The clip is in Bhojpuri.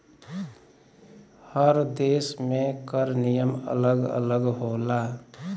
हर देस में कर नियम अलग अलग होला